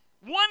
one